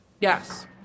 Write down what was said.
Yes